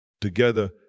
Together